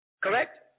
correct